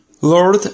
Lord